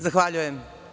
Zahvaljujem.